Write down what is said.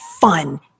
fun